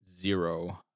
Zero